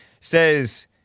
Says